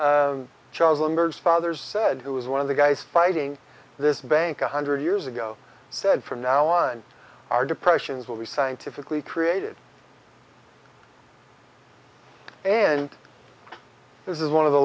like charles lindbergh's father said who was one of the guys fighting this bank a hundred years ago said from now on our depressions will be scientifically created and this is one of the